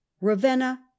Ravenna